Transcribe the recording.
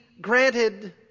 granted